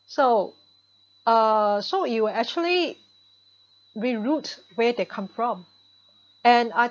so uh so you were actually re-route where they come from and I